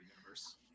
universe